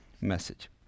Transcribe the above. message